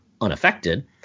unaffected